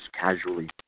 casually